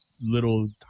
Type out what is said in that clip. little